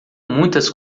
muitas